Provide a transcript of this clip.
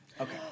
Okay